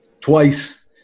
twice